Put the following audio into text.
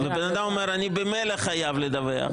בן אדם אומר: אני ממילא חייב לדווח.